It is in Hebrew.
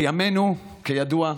בימינו, כידוע,